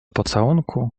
pocałunku